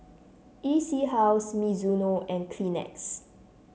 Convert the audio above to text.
E C House Mizuno and Kleenex